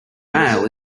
male